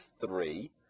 three